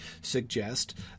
suggest